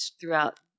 throughout